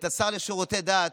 לשר לשירותי דת,